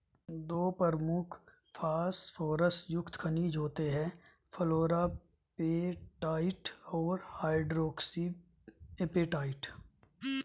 दो प्रमुख फॉस्फोरस युक्त खनिज होते हैं, फ्लोरापेटाइट और हाइड्रोक्सी एपेटाइट